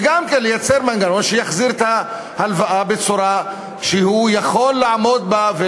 וגם כן לייצר מנגנון שיחזיר את ההלוואה בצורה שהוא יכול לעמוד בה,